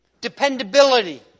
dependability